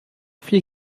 viel